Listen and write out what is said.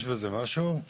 יש בזה משהו,